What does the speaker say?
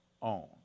on